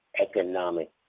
economic